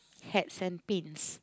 hats and pins